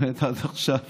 באמת עד עכשיו